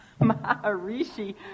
Maharishi